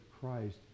Christ